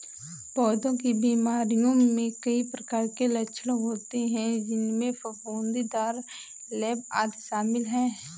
पौधों की बीमारियों में कई प्रकार के लक्षण होते हैं, जिनमें फफूंदीदार लेप, आदि शामिल हैं